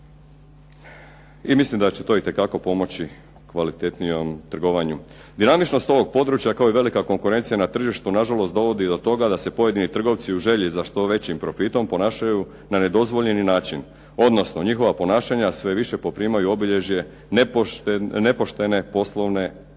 i mislim da će to itekako pomoći kvalitetnijem trgovanju. Dinamičnost ovog područja kao i velika konkurencija na tržištu nažalost dovodi do toga da se pojedini trgovci u želji za što većim profitom ponašaju na nedozvoljeni način, odnosno njihova ponašanja sve više poprimaju obilježje nepoštene poslovne prakse.